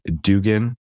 Dugan